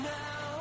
now